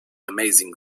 amazing